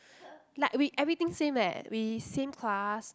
like we everything same leh we same class